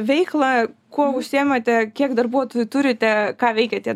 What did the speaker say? veiklą kuo užsiimate kiek darbuotojų turite ką veikia tie